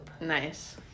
Nice